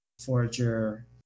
Forger